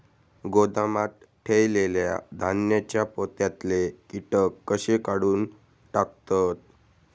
गोदामात ठेयलेल्या धान्यांच्या पोत्यातले कीटक कशे काढून टाकतत?